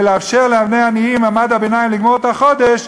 לאפשר לבני עניים ולמעמד הביניים לגמור את החודש,